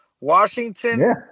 Washington